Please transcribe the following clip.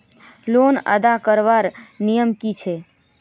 Loan अदा करवार नियम की छे?